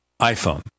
iPhone